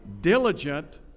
diligent